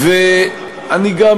אני גם